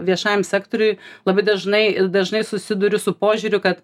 viešajam sektoriuj labai dažnai dažnai susiduriu su požiūriu kad